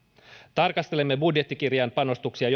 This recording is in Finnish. tarkastelemme budjettikirjan panostuksia